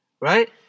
Right